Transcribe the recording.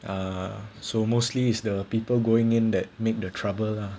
err so mostly is the people going in that make the trouble lah